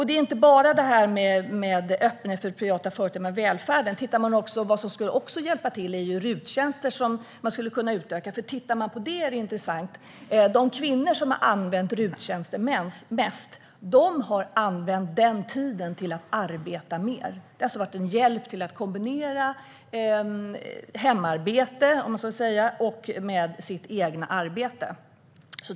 Det är inte bara det här med öppenhet för privata företag i välfärden, utan vad som också skulle hjälpa till är att man skulle kunna utöka RUT-tjänsterna. De kvinnor som har använt RUT-tjänster mest har använt tiden de sparat till att arbeta mer. Det har alltså varit en hjälp till att kombinera hemarbete med sitt eget arbete.